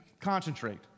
concentrate